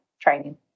training